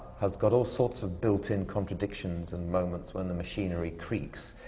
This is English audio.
has got all sorts of built in contradictions and moments when the machinery creaks,